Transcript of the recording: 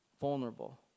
vulnerable